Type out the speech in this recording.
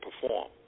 perform